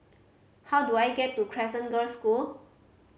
how do I get to Crescent Girls' School